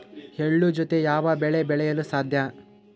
ಎಳ್ಳು ಜೂತೆ ಯಾವ ಬೆಳೆ ಬೆಳೆಯಲು ಸಾಧ್ಯ?